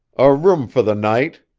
a room for the night,